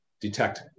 detect